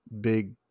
Big